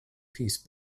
piece